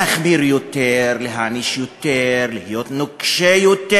להחמיר יותר, להעניש יותר, להיות נוקשה יותר?